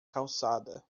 calçada